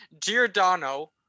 Giordano